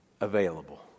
available